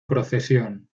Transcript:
procesión